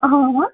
ହଁ ହଁ